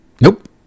Nope